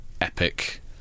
epic